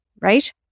right